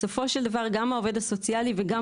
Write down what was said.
בסופו של דבר גם העובד הסוציאלי וגם